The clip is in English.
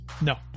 No